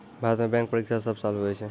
भारत मे बैंक परीक्षा सब साल हुवै छै